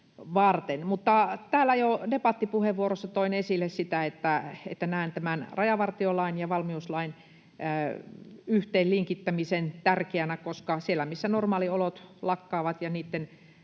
Täällä jo debattipuheenvuorossa toin esille sitä, että näen tämän rajavartiolain ja valmiuslain yhteenlinkittämisen tärkeänä, koska siitä, missä normaaliolot ja toimenpiteet,